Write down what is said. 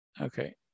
Okay